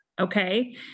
okay